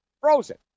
Frozen